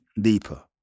deeper